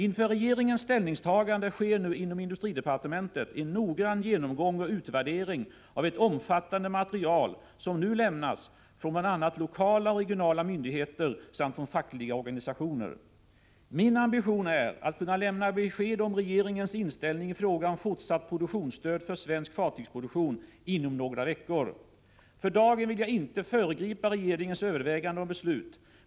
Inför regeringens ställningstagande sker nu inom industridepartementet en noggrann genomgång och utvärdering av ett omfattande material som nu lämnas från bl.a. lokala regionala myndigheter samt från fackliga organisationer. Min ambition är att kunna lämna besked om regeringens inställning i fråga om fortsatt produktionsstöd för svensk fartygsproduktion inom några veckor. För dagen vill jag inte föregripa regeringens överväganden och beslut.